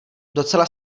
docela